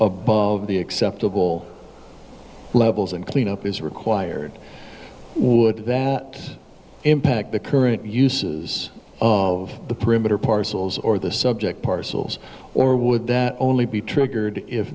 of the acceptable levels and cleanup is required would that impact the current uses of the perimeter parcels or the subject parcels or would that only be triggered if